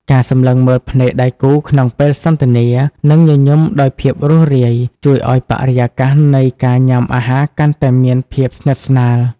ការសម្លឹងមើលភ្នែកដៃគូក្នុងពេលសន្ទនា និងញញឹមដោយភាពរួសរាយ ជួយឱ្យបរិយាកាសនៃការញ៉ាំអាហារកាន់តែមានភាពស្និទ្ធស្នាល។